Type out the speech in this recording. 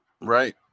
right